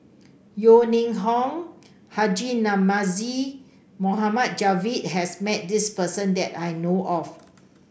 Yeo Ning Hong Haji Namazie Mohd Javad has met this person that I know of